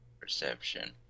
Perception